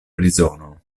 prizono